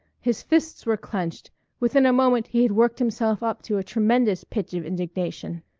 his fists were clenched within a moment he had worked himself up to a tremendous pitch of indignation.